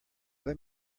let